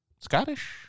Scottish